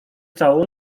całą